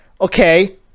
Okay